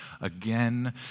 again